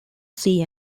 sea